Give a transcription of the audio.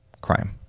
crime